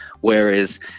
Whereas